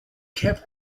kept